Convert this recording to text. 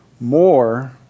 more